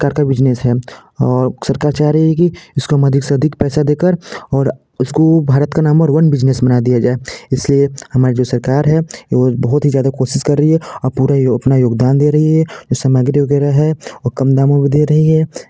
प्रकार का बिजनेस है और सरकार चाह रही है कि इसको हम अधिक से अधिक पैसा देकर और उसको भारत का नामर वन बिजनेस बना दिया जाए इसलिए हमारा जो सरकार है वो बहुत ही ज़्यादा कोशिश कर रही है और पूर्ण योगदान दे रही है ये समग्री वगैरह है वो कम दामों में दे रही है